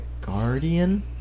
Guardian